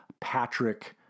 Patrick